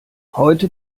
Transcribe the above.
heute